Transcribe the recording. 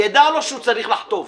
יידע שהוא צריך לחטוף.